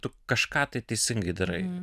tu kažką tai teisingai darai